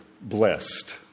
Blessed